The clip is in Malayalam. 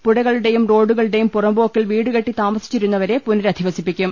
പുഴകളുടെയും റോഡുകളു ടേയും പുറംപോക്കിൽ വീടുകെട്ടി താമസിച്ചിരുന്നവരെ പുനരധിവസിപ്പി ക്കും